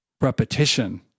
repetition